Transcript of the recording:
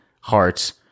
hearts